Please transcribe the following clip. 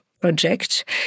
project